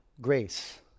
grace